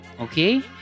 okay